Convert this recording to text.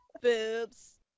Boobs